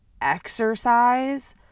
exercise